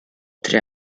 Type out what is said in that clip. tre